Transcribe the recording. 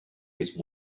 with